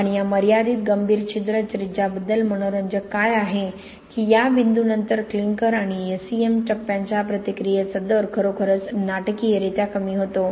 आणि या मर्यादित गंभीर छिद्र त्रिज्याबद्दल मनोरंजक काय आहे की या बिंदूनंतर क्लिंकर आणि S E M टप्प्यांच्या प्रतिक्रियेचा दर खरोखरच नाटकीयरित्या कमी होतो